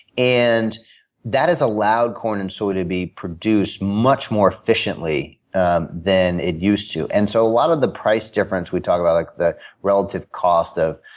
and that has allowed corn and soy to be produced much more efficiently than it used to. and so, a lot of the price difference we talk about like the relative cost of,